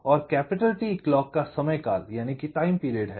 और T clock का समय काल है